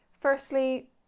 Firstly